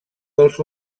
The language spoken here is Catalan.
dels